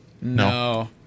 No